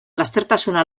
lastertasuna